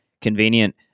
convenient